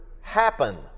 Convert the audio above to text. happen